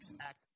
act